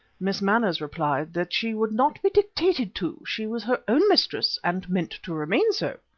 miss manners replied that she would not be dictated to she was her own mistress and meant to remain so.